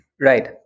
Right